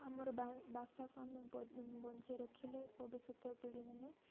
ଆମର ଭାଷାକୁ ଆମେ ବଞ୍ଚେଇ ରଖିଲେ ଭବିଷ୍ୟତ ପିଢ଼ିମାନେ